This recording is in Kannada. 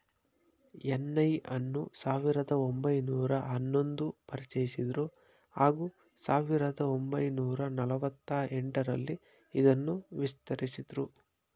ಎನ್.ಐ ಅನ್ನು ಸಾವಿರದ ಒಂಬೈನೂರ ಹನ್ನೊಂದು ಪರಿಚಯಿಸಿದ್ರು ಹಾಗೂ ಸಾವಿರದ ಒಂಬೈನೂರ ನಲವತ್ತ ಎಂಟರಲ್ಲಿ ಇದನ್ನು ವಿಸ್ತರಿಸಿದ್ರು